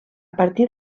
partir